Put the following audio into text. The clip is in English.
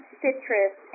citrus